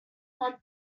month